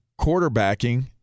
quarterbacking